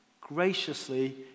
graciously